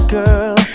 girl